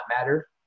matter